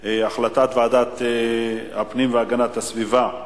את החלטת ועדת הפנים והגנת הסביבה,